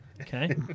Okay